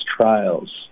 trials